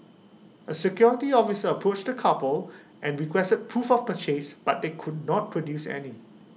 the security officer approached the couple and requested proof of purchase but they could not produce any